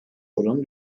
oranı